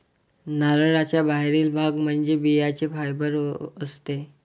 नारळाचा बाहेरील भाग म्हणजे बियांचे फायबर असते